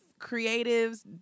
creatives